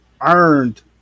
earned